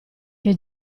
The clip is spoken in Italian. che